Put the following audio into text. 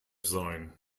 sein